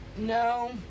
No